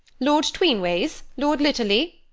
lord tween wayes, lord litterly,